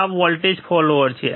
આ voltage follower છે